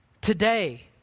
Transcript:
today